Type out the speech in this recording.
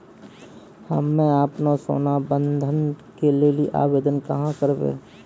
हम्मे आपनौ सोना बंधन के लेली आवेदन कहाँ करवै?